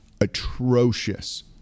atrocious